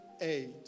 eight